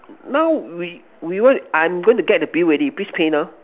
now we we will I'm gonna get the Bill already please pay now